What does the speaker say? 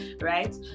Right